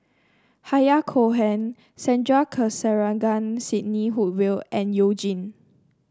Yahya Cohen Sandrasegaran Sidney Woodhull and You Jin